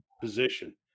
position